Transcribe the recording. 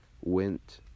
went